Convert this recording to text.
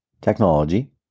technology